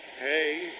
Hey